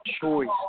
choice